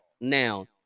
Now